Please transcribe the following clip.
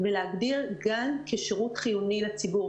ולהגדיר גן כשירות חיוני לציבור.